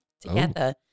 together